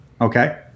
Okay